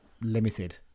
limited